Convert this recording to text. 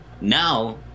Now